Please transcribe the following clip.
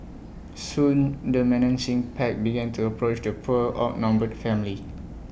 soon the menacing pack began to approach the poor outnumbered family